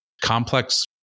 complex